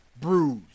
bruised